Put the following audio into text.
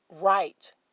right